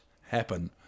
happen